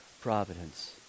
providence